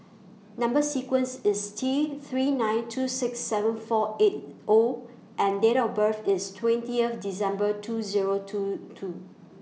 Number sequence IS T three nine two six seven four eight O and Date of birth IS twentieth December two Zero two two